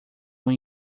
uma